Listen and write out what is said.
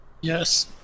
Yes